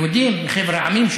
יהודים מחבר המדינות,